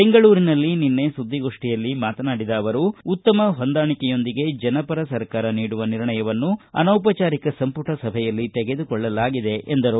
ಬೆಂಗಳೂರಿನಲ್ಲಿ ನಿನ್ನೆ ಸುದ್ದಿಗೋಷ್ಟಿಯಲ್ಲಿ ಮಾತನಾಡಿದ ಅವರು ಉತ್ತಮ ಹೊಂದಾಣಿಕೆಯೊಂದಿಗೆ ಜನಪರ ಸರ್ಕಾರ ನೀಡುವ ನಿರ್ಣಯವನ್ನು ಅನೌಪಚಾರಿಕ ಸಂಮಟ ಸಭೆಯಲ್ಲಿ ತೆಗೆದುಕೊಳ್ಳಲಾಗಿದೆ ಎಂದರು